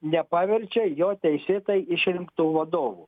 nepaverčia jo teisėtai išrinktu vadovu